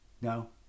No